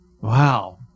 Wow